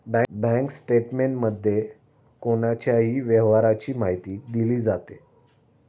bank स्टेटमेंटमध्ये कोणाच्याही व्यवहाराची माहिती दिली जाते